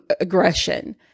aggression